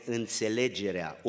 înțelegerea